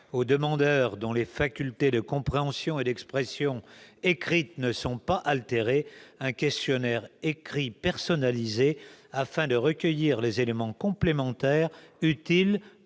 aux demandeurs dont les facultés de compréhension et d'expression écrites ne sont pas altérées un questionnaire écrit personnalisé afin de recueillir les éléments complémentaires utiles